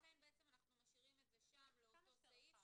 לכן אנחנו משאירים את זה שם לאותו סעיף,